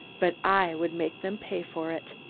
but i would make them pay for it.